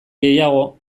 gehiago